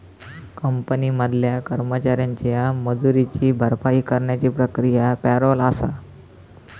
company मधल्या कर्मचाऱ्यांच्या मजुरीची भरपाई करण्याची प्रक्रिया पॅरोल आसा